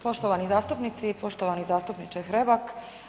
Poštovani zastupnici, poštovani zastupniče Hrebak.